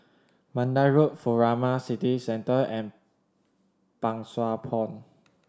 Mandai Road Furama City Centre and Pang Sua Pond